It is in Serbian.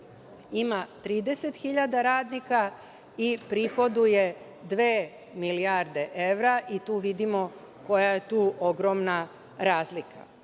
ima 30.000 radnika i prihoduje dve milijarde evra i vidimo koja je tu ogromna razlika. Ovaj